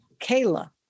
Kayla